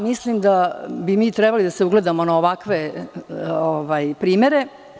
Mislim da bi mi trebali da se ugledamo na ovakve primere.